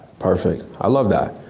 perfect, i love that.